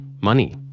Money